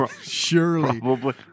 Surely